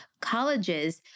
colleges